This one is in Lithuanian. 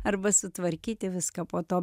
arba sutvarkyti viską po to